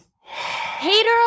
Hater